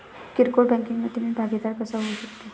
किरकोळ बँकिंग मधे मी भागीदार कसा होऊ शकतो?